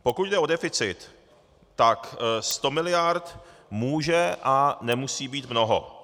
Pokud jde o deficit, tak 100 mld. může a nemusí být mnoho.